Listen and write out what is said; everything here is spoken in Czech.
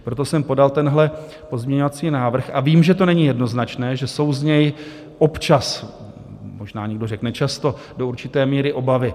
Proto jsem podal tenhle pozměňovací návrh a vím, že to není jednoznačné, že jsou z něj občas možná někdo řekne často do určité míry obavy.